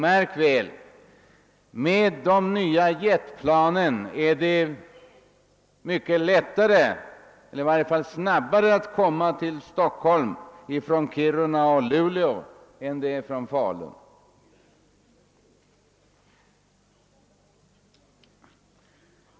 Märk väl, med de nya jetplanen är det mycket lättare eller går i varje fall snabbare att komma till Stockholm ifrån Kiruna och Luleå än ifrån Falun.